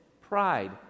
Pride